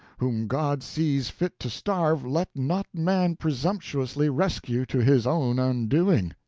whom god sees fit to starve, let not man presumptuously rescue to his own undoing.